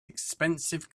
expensive